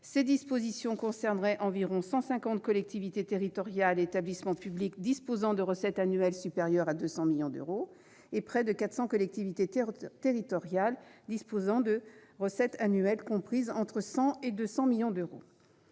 Ces dispositions concerneraient environ 150 collectivités territoriales et établissements publics, disposant de recettes annuelles supérieures à 200 millions d'euros, et près de 400 collectivités territoriales ou établissements, disposant de recettes annuelles comprises entre 100 millions d'euros